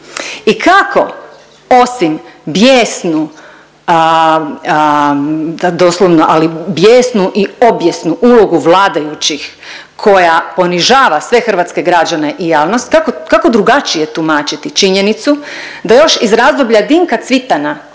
ali bijesnu i obijesnu ulogu vladajućih koja ponižava sve hrvatske građane i javnost kako drugačije tumačiti činjenicu da još iz razdoblja Dinka Cvitana